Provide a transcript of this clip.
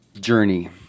journey